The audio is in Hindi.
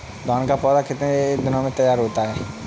धान का पौधा कितने दिनों में तैयार होता है?